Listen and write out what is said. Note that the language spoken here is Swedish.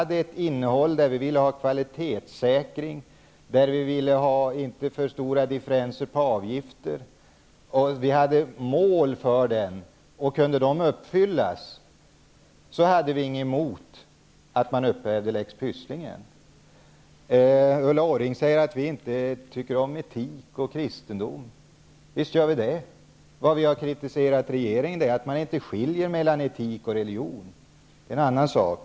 Vi ville ha kvalitetssäkring och inte för stora differenser på avgifter. Vi hade olika mål. Om de kunde uppfyllas hade vi ingenting emot att man upphävde lex Ulla Orring säger att vi inte tycker om etik och kristendom. Visst gör vi det. Vi har kritiserat regeringen för att man inte skiljer mellan etik och religion. Det är en annan sak.